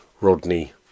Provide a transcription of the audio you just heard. Rodney